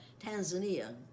Tanzania